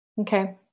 Okay